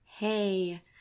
hey